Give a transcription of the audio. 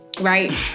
right